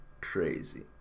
crazy